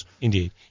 Indeed